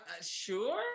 sure